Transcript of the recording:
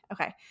Okay